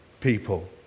people